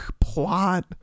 plot